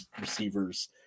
receivers